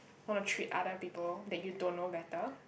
want to treat other people that you don't know better